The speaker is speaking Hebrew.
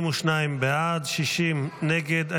52 בעד, 60 נגד.